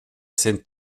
sind